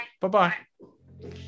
bye-bye